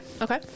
Okay